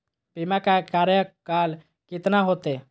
बीमा के कार्यकाल कितना होते?